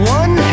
one